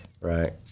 Right